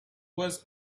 was